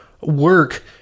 work